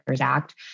Act